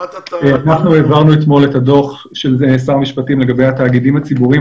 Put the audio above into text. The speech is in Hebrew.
אנחנו העברנו אתמול את הדוח של שר המשפטים לגבי התאגידים הציבוריים,